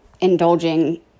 indulging